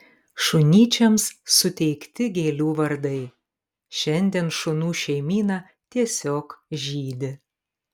šunyčiams suteikti gėlių vardai šiandien šunų šeimyna tiesiog žydi